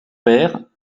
père